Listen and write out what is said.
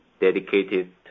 dedicated